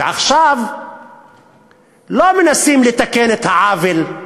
ועכשיו לא מנסים לתקן את העוול,